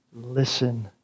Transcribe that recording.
Listen